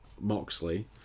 Moxley